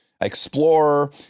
explorer